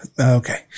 Okay